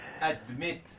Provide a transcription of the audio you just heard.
admit